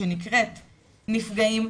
שנקראת "נפגעים",